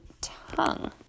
tongue